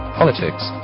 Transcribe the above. politics